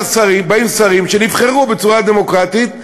באים שרים שנבחרו בצורה דמוקרטית,